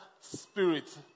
spirit